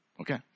Okay